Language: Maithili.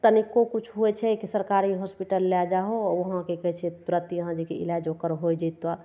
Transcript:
तनिको किछु हुवै छै कि सरकारी हॉस्पिटल लए जाहो वहाँ की कहय छै तुरत यहाँ जेकि इलाज ओकर होइ जेतऽ